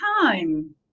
time